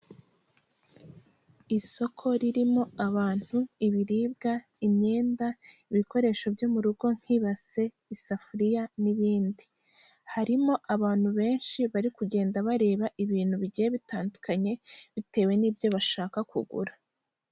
Isoko ririmo abantu, ibiribwa, imyenda, ibikoresho byo mu rugo nk'ibase, isafuriya n'ibindi; harimo abantu benshi bari kugenda bareba ibintu bigiye bitandukanye bitewe n'ibyo bashaka kugura.